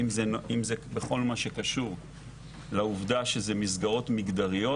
אם זה בכל מה שקשור לעובדה שזה מסגרות מגדריות,